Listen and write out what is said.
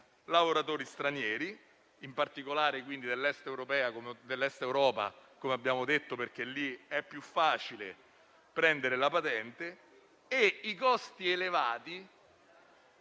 lavoratori stranieri, in particolare dell'Est Europa, perché, come abbiamo detto, lì è più facile prendere la patente, e i costi elevati